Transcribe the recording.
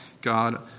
God